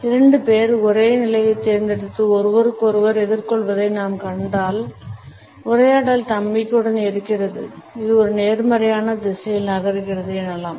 இரண்டு பேர் ஒரே நிலையைத் தேர்ந்தெடுத்து ஒருவருக்கொருவர் எதிர்கொள்வதை நாம் கண்டால் உரையாடல் நம்பிக்கையுடன் இருக்கிறது அது ஒரு நேர்மறையான திசையில் நகர்கிறது எனலாம்